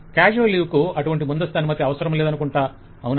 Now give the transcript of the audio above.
casual leave కు అటువంటి ముందస్తు అనుమతి అవసరం లేదనుకుంటా అవునా